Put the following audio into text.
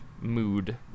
mood